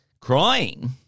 crying